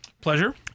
Pleasure